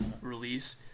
release